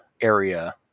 area